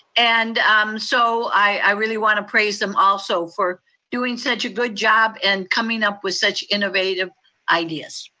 and um so i really want to praise them also for doing such a good job and coming up with such innovative ideas.